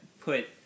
put